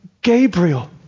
Gabriel